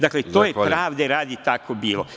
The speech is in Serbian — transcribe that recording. Dakle, to je, pravde radi, tako bilo.